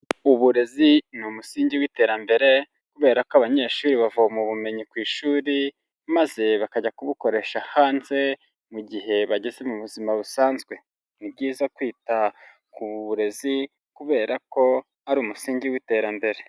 Uburezi ni umusingi w'iterambere, kubera ko abanyeshuri bavoma ubumenyi ku ishuri maze bakajya kubukoresha hanze mu gihe bageze mu buzima busanzwe. Ni byiza kwita ku burezi kubera ko ari umusingi w'iterambere.